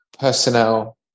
personnel